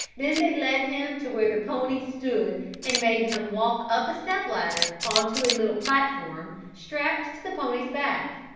then they led him to where the pony stood and made him walk up a step ladder, onto a little platform, strapped to the pony's back.